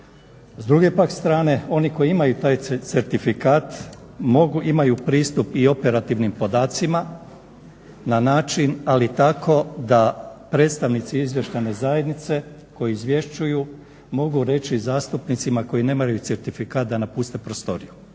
S druge pak strane oni koji imaju taj certifikat mogu, imaju pristup i operativnim podacima na način ali tako da predstavnici izvještajne zajednice koji izvješćuju mogu reći zastupnicima koji nemaju certifikat da napuste prostoriju